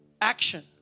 action